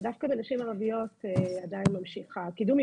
ודווקא בנשים ערביות עדיין ממשיך הקידום,